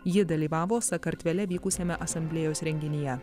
ji dalyvavo sakartvele vykusiame asamblėjos renginyje